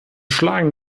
schlagen